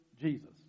Jesus